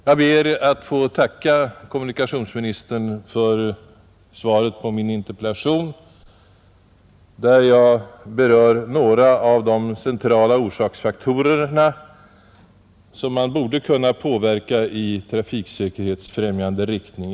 Jag ber att få tacka kommunikationsministern för svaret på min 39 interpellation, där jag berör några av de centrala orsaksfaktorerna, som man borde kunna påverka i trafiksäkerhetsfrämjande riktning.